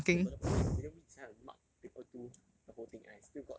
no but the problem is william wee decided to mark paper two the whole thing and I still got